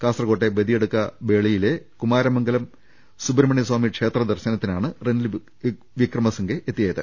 കാസർകോട്ടെ ബദി യടുക്ക വേളിയിലെ കുമാരമംഗലം സുബ്രഹ്മണ്യസാമി ക്ഷേത്ര ദർശനത്തി നാണ് റെനിൽ വിക്രമസിംഗെ എത്തിയത്